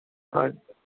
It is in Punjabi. ਹਾਂ